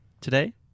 today